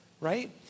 Right